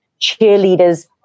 cheerleaders